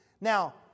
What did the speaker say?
Now